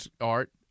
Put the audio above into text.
Art